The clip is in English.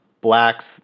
Blacks